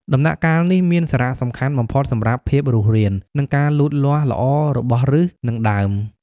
ដំណាក់កាលនេះមានសារៈសំខាន់បំផុតសម្រាប់ភាពរស់រាន និងការលូតលាស់ល្អរបស់ឬស និងដើម។